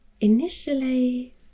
initially